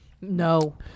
No